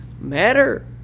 matter